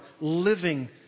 living